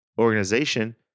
organization